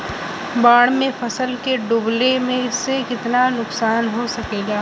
बाढ़ मे फसल के डुबले से कितना नुकसान हो सकेला?